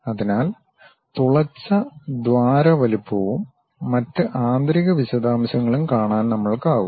അതിനാൽ തുളച്ച ദ്വാര വലുപ്പവും മറ്റ് ആന്തരീക വിശദാംശങ്ങളും കാണാൻ നമ്മൾക്കാകും